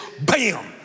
bam